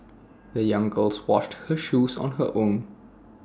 the young girls washed her shoes on her own